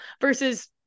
versus